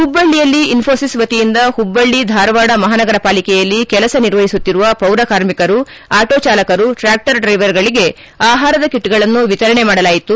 ಹುಬ್ಬಳ್ಳಿಯಲ್ಲಿ ಇನ್ತೋಷಿಸ್ ವತಿಯಿಂದ ಹುಬ್ಬಳ್ಳಿ ಧಾರವಾಡ ಮಹಾನಗರ ಪಾಲಿಕೆಯಲ್ಲಿ ಕೆಲಸ ನಿರ್ವಹಿಸುತ್ತಿರುವ ಪೌರ ಕಾರ್ಮಿಕರು ಆಟೋ ಚಾಲಕರು ಟ್ರ್ಯಾಕ್ಷರ್ ಡ್ರೈವರ್ಗಳಿಗೆ ಆಹಾರದ ಕಿಟ್ಗಳನ್ನು ವಿತರಣೆ ಮಾಡಲಾಯಿತು